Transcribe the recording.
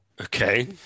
Okay